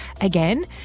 again